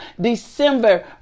December